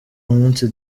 munsi